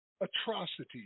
atrocities